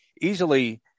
Easily